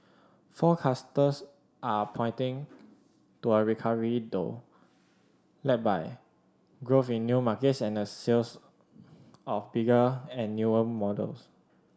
forecasters are pointing to a recovery though led by growth in new markets and sales of bigger and newer models